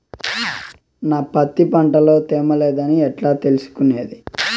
నా పత్తి పంట లో తేమ లేదని ఎట్లా తెలుసుకునేది?